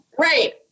Right